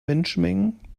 menschenmengen